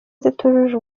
zitujuje